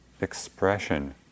expression